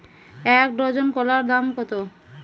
এক ডজন কলার দাম কত?